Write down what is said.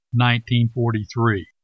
1943